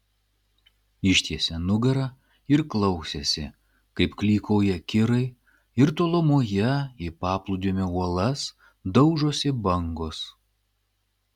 ištiesė nugarą ir klausėsi kaip klykauja kirai ir tolumoje į paplūdimio uolas daužosi bangos